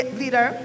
leader